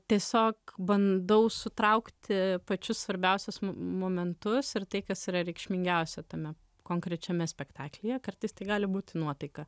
tiesiog bandau sutraukti pačius svarbiausius momentus ir tai kas yra reikšmingiausia tame konkrečiame spektaklyje kartais tai gali būti nuotaika